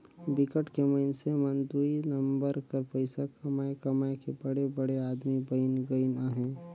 बिकट के मइनसे मन दुई नंबर कर पइसा कमाए कमाए के बड़े बड़े आदमी बइन गइन अहें